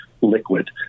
liquid